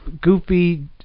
Goofy